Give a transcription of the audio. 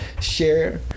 share